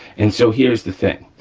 and so here is the thing.